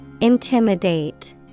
Intimidate